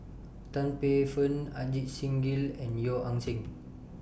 Tan Paey Fern Ajit Singh Gill and Yeo Ah Seng